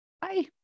Bye